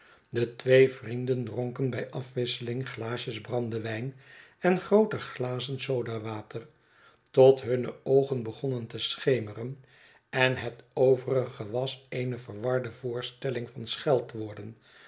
de twee vrienden dronken bij afwisselingglaasjes brandewijn en groote glazen sodawater tot hunne oogen begonnen te schemeren en het overige was eene verwarde voorstelling van